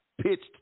pitched